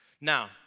Now